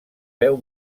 veu